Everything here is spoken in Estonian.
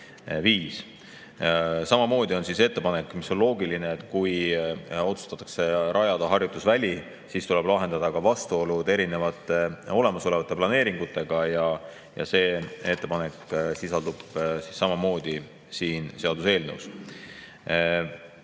Samamoodi on ettepanek, mis on loogiline, et kui otsustatakse rajada harjutusväli, siis tuleb lahendada ka vastuolud erinevate olemasolevate planeeringutega, ja see ettepanek sisaldub samamoodi siin seaduseelnõus.